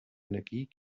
energie